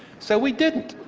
so we didn't,